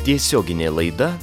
tiesioginė laida